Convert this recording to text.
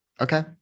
Okay